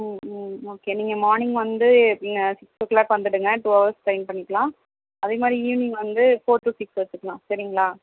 ம் ம் ஓகே நீங்கள் மார்னிங் வந்து நீங்கள் சிக்ஸ் ஓ கிளாக் வந்துவிடுங்க டூ ஹவர்ஸ் ட்ரெயின் பண்ணிக்கலாம் அதேமாதிரி ஈவினிங் வந்து ஃபோர் டு சிக்ஸ் வச்சுக்கலாம் சரிங்களா